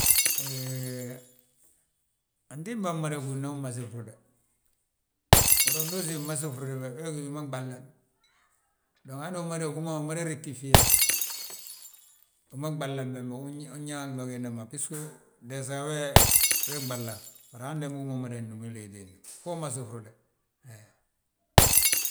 Hee antimbaa mmada gúudna umasi frude; Uhúri yaa ndu usiim fmasi frude, we gí wi ma ɓal nan. Dong hande hú ma umada regtifiyele, wu ma ɓalnan bembe, unyaa gol giinda ma bisgo, deesa we, ɓalna bari hande húma mada númi liiti wiindi fo umasi frude he.